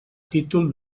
títol